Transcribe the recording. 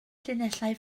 llinellau